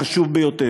בעיני, החשוב ביותר,